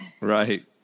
Right